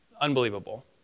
Unbelievable